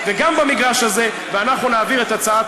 אבל,